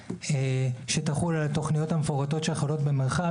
שתחול על התוכניות המפורטות שחלות במרחב,